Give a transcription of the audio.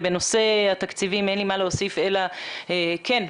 ובנושא התקציבים אין לי מה להוסיף, אלא כן,